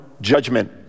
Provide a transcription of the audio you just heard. judgment